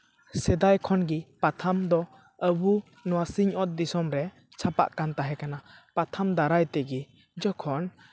ᱥᱮᱫᱟᱭ ᱠᱷᱚᱱ ᱜᱮ ᱯᱟᱛᱷᱟᱢ ᱫᱚ ᱟᱵᱚ ᱱᱚᱣᱟ ᱥᱤᱧᱼᱚᱛ ᱫᱤᱥᱚᱢ ᱨᱮ ᱪᱷᱟᱯᱟᱜ ᱠᱟᱱ ᱛᱟᱦᱮᱸ ᱠᱟᱱᱟ ᱯᱟᱛᱷᱟᱢ ᱫᱟᱨᱟᱭ ᱛᱮᱜᱮ ᱡᱚᱠᱷᱚᱱ